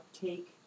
Take